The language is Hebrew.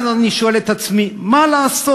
ואז אני שואל את עצמי: מה לעשות?